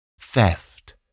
theft